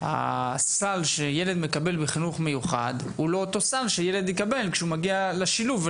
הסל שילד מקבל בחינוך מיוחד הוא לא אותו סל שילד יקבל שהוא מגיע לשילוב.